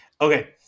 Okay